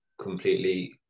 completely